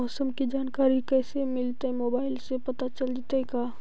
मौसम के जानकारी कैसे मिलतै मोबाईल से पता चल जितै का?